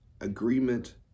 agreement